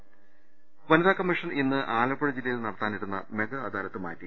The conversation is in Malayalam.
കേരള വനിതാ കമ്മീഷൻ ഇന്ന് ആലപ്പുഴ ജില്ലയിൽ നടത്താനി രുന്ന മെഗാ അദാലത്ത് മാറ്റി